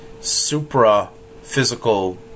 supra-physical